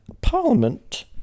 parliament